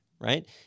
right